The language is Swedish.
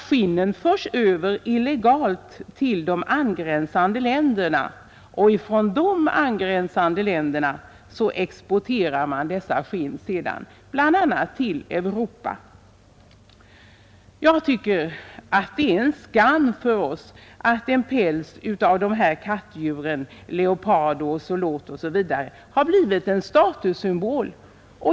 Skinnen förs illegalt till angränsande länder, och från de länderna exporteras sedan dessa skinn, bl.a. till Europa. Jag tycker att det är en skam för oss att en päls av skinn från de här kattdjuren — leopard, ozelot osv. — har blivit en statussymbol.